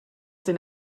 den